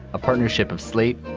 a partnership of slate,